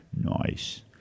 Nice